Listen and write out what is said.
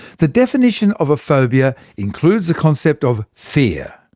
the definition of a phobia includes the concept of fear.